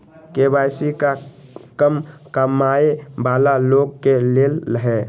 KYC का कम कमाये वाला लोग के लेल है?